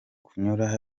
kunyura